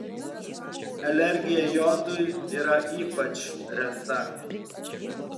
alergija jodui yra ypač reta